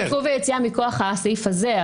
עיכוב היציאה מכוח הסעיף הזה,